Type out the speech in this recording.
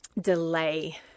delay